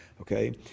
okay